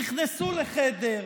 נכנסו לחדר,